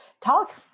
talk